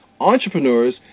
entrepreneurs